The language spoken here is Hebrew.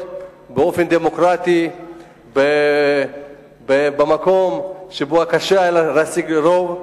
באופן דמוקרטי במקום שבו קשה היה להשיג רוב,